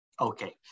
Okay